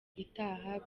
itaha